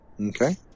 Okay